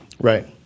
Right